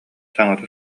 саҥата